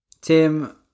Tim